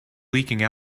leaking